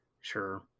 sure